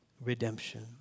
redemption